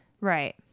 Right